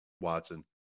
Watson